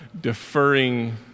deferring